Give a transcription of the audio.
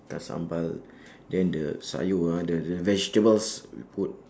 ikan sambal then the sayur ah the the vegetables we put